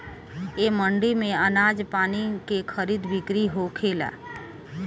ए मंडी में आनाज पानी के खरीद बिक्री होखेला